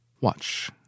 Watch